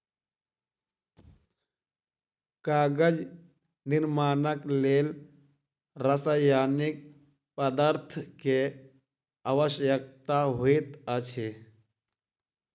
कागज निर्माणक लेल रासायनिक पदार्थ के आवश्यकता होइत अछि